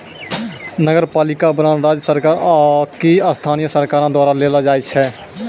नगरपालिका बांड राज्य सरकार आकि स्थानीय सरकारो द्वारा देलो जाय छै